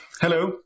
Hello